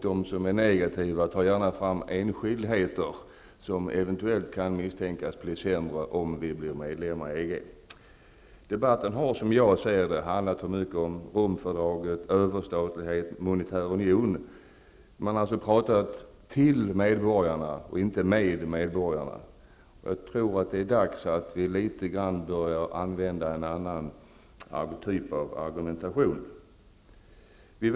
De som är negativa tar gärna fram enskildheter som eventuellt kan misstänkas bli sämre om Sverige blir medlem i Debatten har handlat mycket om Rom-fördraget, överstatlighet och monetär union. Man har alltså talat till medborgarna och inte med medborgarna. Det är dags att börja använda en annan typ av argumentation.